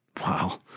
Wow